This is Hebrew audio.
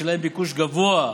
שלהן ביקוש גבוה,